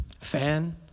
fan